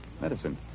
Medicine